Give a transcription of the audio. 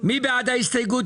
מי בעד קבלת ההסתייגות?